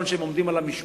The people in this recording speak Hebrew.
נכון שהם עומדים על המשמר,